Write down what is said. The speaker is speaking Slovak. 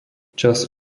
čas